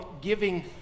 giving